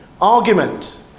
argument